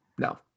No